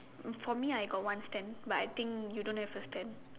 for me I got one stand but I think you don't have a stand